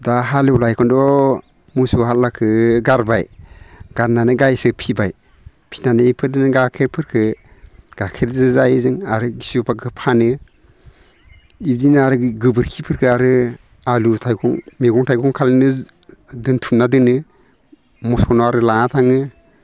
दा हालएवला इखायनोथ' मोसौ हालुवाखो गारबाय गारनानै गायसो फिबाय फिनानै इफोरदोनो गाइखेरफोरखो गाइखेरजो जायो जों आरो घिहुफोरखो फानो इदिनो आरो गोबोरखिफोरखो आरो आलु थाइगं मैगं थाइगं खालामनो दोनथुमना दोनो मोसौनो आरो लाना थाङो